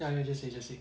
ya just say just say